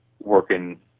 working